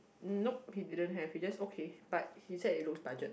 nope okay we don't have we just okay but he said it looks budget